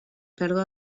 pèrdua